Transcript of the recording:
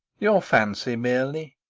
your fancy merely.